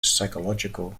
psychological